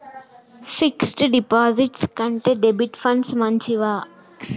Fix డ్ డిపాజిట్ల కంటే డెబిట్ ఫండ్స్ మంచివా?